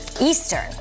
Eastern